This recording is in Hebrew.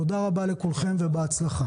תודה רבה לכולכם ובהצלחה.